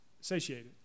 satiated